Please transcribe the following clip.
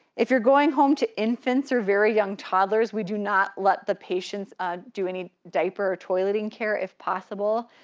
if you're going home to infants or very young toddlers, we do not let the patients do any diaper or toileting care if possible.